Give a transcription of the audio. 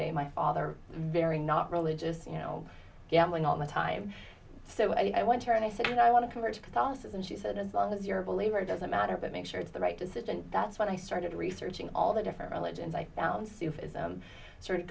day my father very not religious you know gambling all the time so i went to her and i said i want to convert to catholicism she said as long as you're a believer it doesn't matter but make sure it's the right decision that's when i started researching all the different religions i found s